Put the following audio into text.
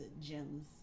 gems